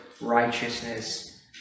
righteousness